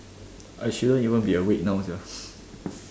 I shouldn't even be awake now sia